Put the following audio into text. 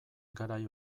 garai